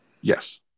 Yes